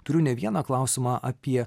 turiu ne vieną klausimą apie